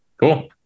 Cool